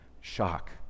Shock